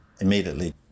immediately